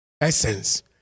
Essence